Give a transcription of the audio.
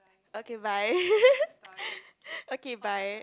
okay bye okay bye